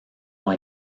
ont